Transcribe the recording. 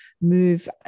move